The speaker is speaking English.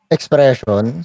Expression